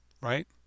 right